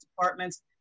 departments